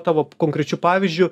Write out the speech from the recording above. tavo konkrečiu pavyzdžiu